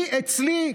לי, אצלי,